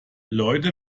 leute